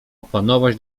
opanować